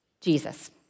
Jesus